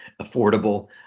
affordable